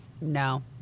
No